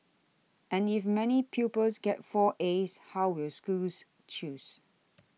and if many pupils get four as how will schools choose